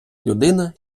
людина